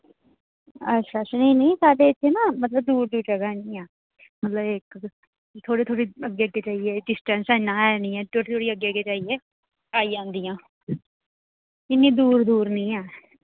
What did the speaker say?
अच्छा अच्छा नेईं नेईं साढ़े इत्थै न मतलब दूर दूर जगहा निं हैन मतलब इक थोह्ड़ी थोह्ड़ी अग्गे पिच्छै जेइयै किश डिस्टैंस इन्ना ऐ नी थोह्ड़ी थोह्ड़ी अग्गै अग्गै जाइयै आई जंदियां इन्नी दूर दूर निं ऐ